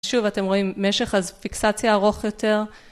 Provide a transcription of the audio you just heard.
שוב אתם רואים משך פיקסציה ארוך יותר.